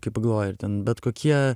kai pagalvoji ten bet kokie